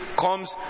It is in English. comes